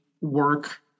work